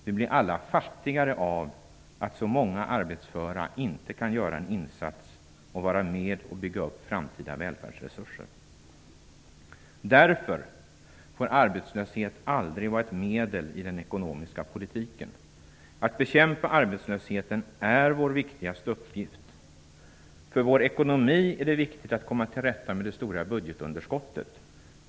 Vi blir alla fattigare av att så många arbetsföra inte kan göra en insats och vara med och bygga upp framtida välfärdsresurser. Därför får arbetslöshet aldrig vara ett medel i den ekonomiska politiken. Att bekämpa arbetslösheten är vår viktigaste uppgift. För vår ekonomi är det viktigt att komma till rätta med det stora budgetunderskottet.